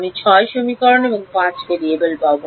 আমি ছয় সমীকরণ এবং পাঁচটি ভেরিয়েবল পাব